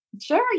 Sure